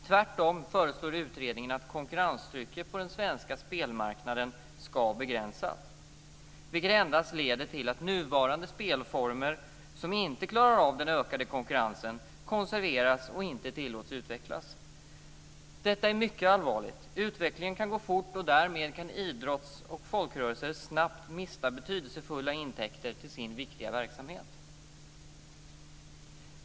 Tvärtom föreslår utredningen att konkurrenstrycket på den svenska spelmarknaden ska begränsas, vilket endast leder till att nuvarande spelformer, som inte klarar av den ökade konkurrensen, konserveras och inte tillåts utvecklas. Detta är mycket allvarligt. Utvecklingen kan gå fort och därmed kan idrottsoch folkrörelser snabbt mista betydelsefulla intäkter till sin viktiga verksamhet.